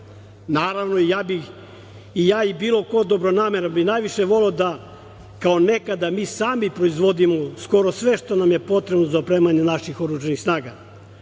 ja i bilo ko dobronameran najviše bih voleo da, kao nekada, mi sami proizvodimo skoro sve što nam je potrebno za opremanje naših oružanih snaga,